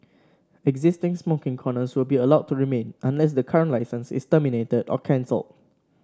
existing smoking corners will be allowed to remain unless the current licence is terminated or cancelled